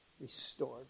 Restored